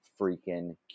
freaking